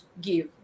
give